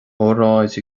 óráid